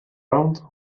round